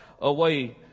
away